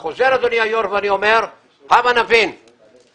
אני חוזר אדוני היושב ראש ואני אומר הבה נבין שמגזר